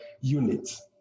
units